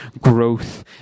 growth